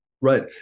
Right